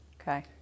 okay